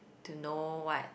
to know what